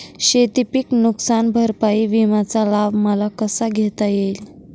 शेतीपीक नुकसान भरपाई विम्याचा लाभ मला कसा घेता येईल?